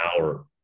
hour